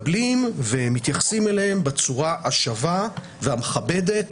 מתקבלים ומתייחסים אליהם בצורה שווה ומכבדת,